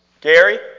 Gary